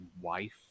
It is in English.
wife